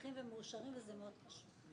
שמחים ומאושרים וזה מאוד חשוב.